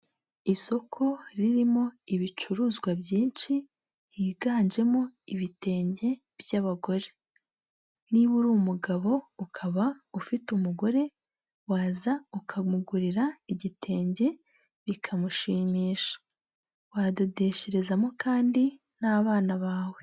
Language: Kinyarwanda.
Isoko ririmo ibicuruzwa byinshi, higanjemo ibitenge by'abagore. Niba uri umugabo ukaba ufite umugore, waza ukamugurira igitenge bikamushimisha. Wadodesherezamo kandi n'abana bawe.